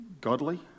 godly